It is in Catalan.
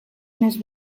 més